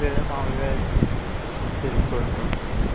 లేదా మాములుగా తెలుసుకోవడం కోసమేనా